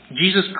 Jesus